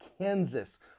Kansas